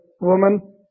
Woman